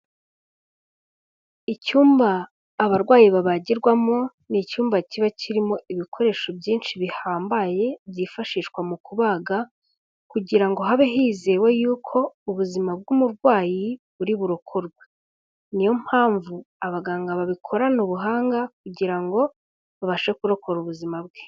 Icyumba abarwayi babagirwamo, ni icyumba kiba kirimo ibikoresho byinshi bihambaye, byifashishwa mu kubaga, kugira ngo habe hizewe yuko ubuzima bw'umurwayi buri burokorwe. Ni yo mpamvu abaganga babikorana ubuhanga kugira ngo babashe kurokora ubuzima bwe.